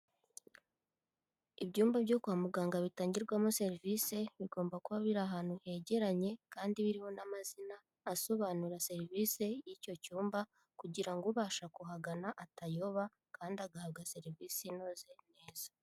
Ibyumba byo kwa muganga bitangirwamo serivise, bigomba kuba biri ahantu hegeranye kandi birimo n'amazina, asobanura serivisi y'icyo cyumba kugira ubashe kuhagana atayoba kandi agahabwa serivisi inoze neza.